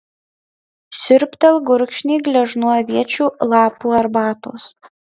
sriūbtelk gurkšnį gležnų aviečių lapų arbatos